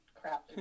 crap